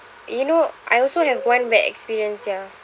you know I also have one bad experience ya